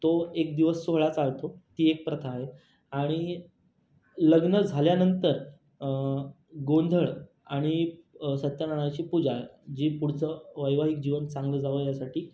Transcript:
तो एक दिवस सोहळा चालतो ती एक प्रथा आहे आणि लग्न झाल्यानंतर गोंधळ आणि सत्यनारायणाची पूजा जी पुढचं वैवाहिक जीवन चागलं जावं यासाठी